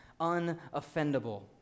unoffendable